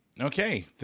Okay